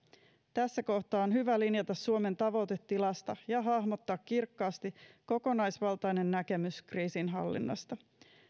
tässä kohtaa on hyvä linjata suomen tavoitetilasta ja hahmottaa kirkkaasti kokonaisvaltainen näkemys kriisinhallinnasta